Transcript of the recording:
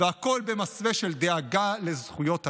והכול במסווה של דאגה לזכויות אדם.